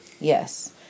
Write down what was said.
Yes